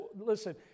Listen